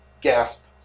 gasp